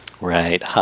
Right